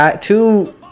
two